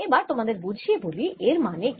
এবার তোমাদের বুঝিয়ে বলি এর মানে কি